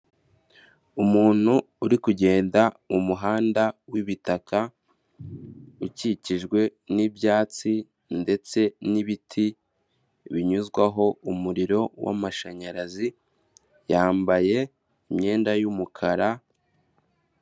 Umuntu uri kugenda mu muhanda w'ibitaka ukikijwe n'ibyatsi ndetse n'ibiti binyuzwaho umuriro w'amashanyarazi yambaye imyenda y'umukara...